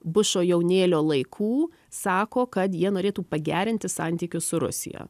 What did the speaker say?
bušo jaunėlio laikų sako kad jie norėtų pagerinti santykius su rusija